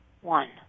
one